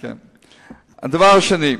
דבר שני,